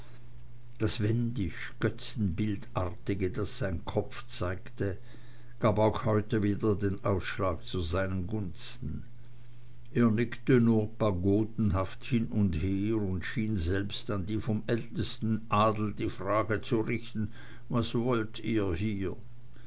das wendisch götzenbildartige das sein kopf zeigte gab auch heute wieder den ausschlag zu seinen gunsten er nickte nur pagodenhaft hin und her und schien selbst an die vom ältesten adel die frage zu richten was wollt ihr hier